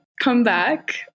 comeback